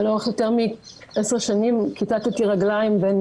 זה לקח עשר שנים, כיתתי רגליים בין